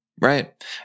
Right